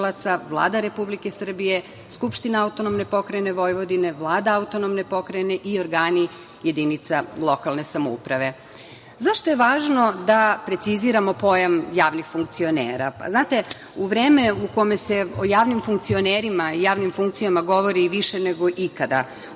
Vlada Republike Srbije, Skupština Autonomne pokrajine Vojvodine, Vlada Autonomne pokrajne i organi jedinica lokalne samouprave.Zašto je važno da preciziramo pojam javnih funkcionera? Znate, u vreme u kome se o javnim funkcionerima i javnim funkcijama govori i više nego ikada,